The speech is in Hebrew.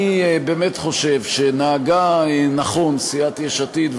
אני באמת חושב שנהגה נכון סיעת יש עתיד,